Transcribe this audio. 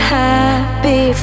happy